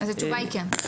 התשובה היא כן.